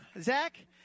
Zach